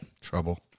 Trouble